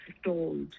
stalled